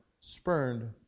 spurned